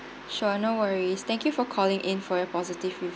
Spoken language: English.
sure no worries thank you for calling in for your positive